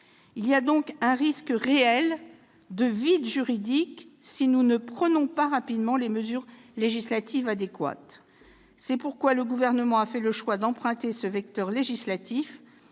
Il existe donc un risque réel de vide juridique si nous ne prenons pas rapidement les mesures législatives adéquates. C'est pourquoi le Gouvernement a fait le choix d'emprunter ce vecteur législatif